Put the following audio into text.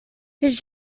his